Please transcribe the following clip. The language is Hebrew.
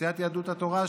סיעת יהדות התורה,